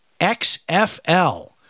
xfl